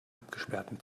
abgesperrten